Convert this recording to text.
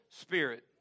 spirit